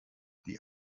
die